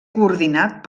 coordinat